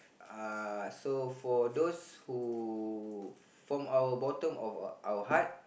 uh so for those who form our bottom of our our heart